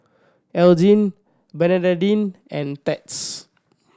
Elgin Bernadine and Theda